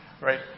right